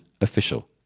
official